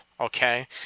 okay